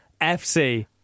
FC